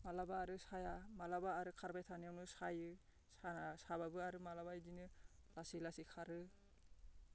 माब्लाबा आरो साया माब्लाबा आरो खारबाय थानायावनो सायो साबाबो आरो माब्लाबा बिदिनो लासै लासै खारो